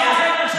אני העברתי לך חוק,